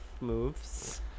moves